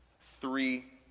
Three